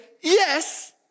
yes